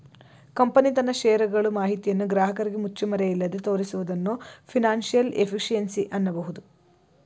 company ತನ್ನ share ಗಳು ಮಾಹಿತಿಯನ್ನು ಗ್ರಾಹಕರಿಗೆ ಮುಚ್ಚುಮರೆಯಿಲ್ಲದೆ ತೋರಿಸುವುದನ್ನು ಫೈನಾನ್ಸಿಯಲ್ ಎಫಿಷಿಯನ್ಸಿ ಅನ್ನಬಹುದು